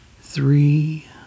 three